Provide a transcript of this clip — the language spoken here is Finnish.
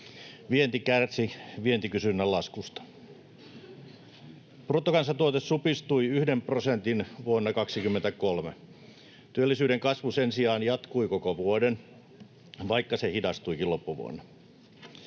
Vienti kärsi vientikysynnän laskusta. Bruttokansantuote supistui yhden prosentin vuonna 23. Työllisyyden kasvu sen sijaan jatkui koko vuoden, vaikka se hidastuikin loppuvuonna.